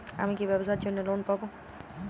আমি কি ব্যবসার জন্য লোন পাব?